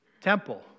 temple